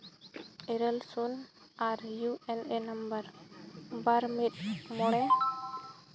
ᱤᱨᱟᱹᱞ ᱥᱩᱱ ᱟᱨ ᱤᱭᱩ ᱮ ᱮᱱ ᱱᱟᱢᱵᱟᱨ ᱵᱟᱨ ᱢᱤᱫ ᱢᱚᱬᱮ